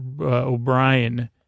O'Brien